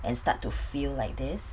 and start to feel like this